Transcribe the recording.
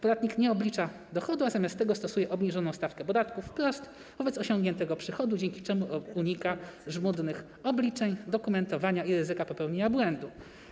Podatnik nie oblicza dochodu, a zamiast tego stosuje obniżoną stawkę podatków wprost wobec osiągniętego przychodu, dzięki czemu unika żmudnych obliczeń, dokumentowania i ryzyka popełnienia błędu.